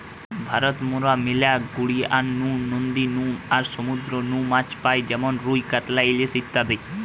ভারত মরা ম্যালা গড়িয়ার নু, নদী নু আর সমুদ্র নু মাছ পাই যেমন রুই, কাতলা, ইলিশ ইত্যাদি